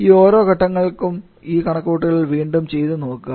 ഈ ഓരോ ഘടകങ്ങൾക്കും ഈ കണക്കുകൂട്ടലുകൾ വീണ്ടും ചെയ്തു നോക്കുക